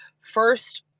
first